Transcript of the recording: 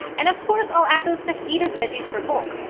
and, of course, i'll add those fajita veggies for bulk.